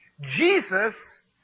Jesus